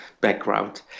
background